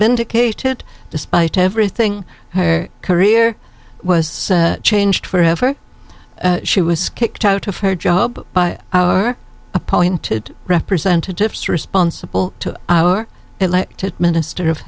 vindicated despite everything her career was changed forever she was kicked out of her job by our appointed representatives responsible to our elected minister of